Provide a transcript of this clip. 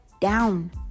down